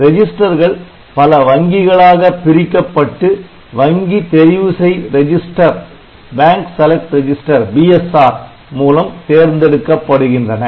ரெஜிஸ்டர்கள் பல வங்கிகளாக பிரிக்கப்பட்டு வங்கி தெரிவு செய் ரெஜிஸ்டர் மூலம் தேர்ந்தெடுக்கப்படுகின்றன